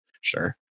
sure